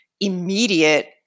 immediate